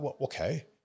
okay